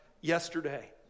yesterday